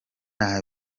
nta